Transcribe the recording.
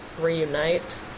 reunite